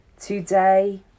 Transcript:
Today